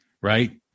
right